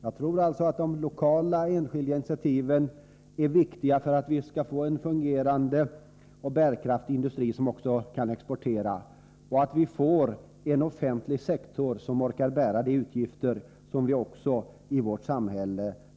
Jag tror att de lokala enskilda initiativen är viktiga för att vi skall få en fungerande och bärkraftig industri, som kan exportera och som orkar bära utgifterna för den offentliga sektor som vi behöver kosta på oss i vårt samhälle.